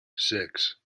six